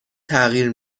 تغییر